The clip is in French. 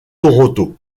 toronto